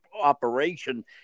operation